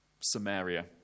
Samaria